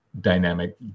dynamic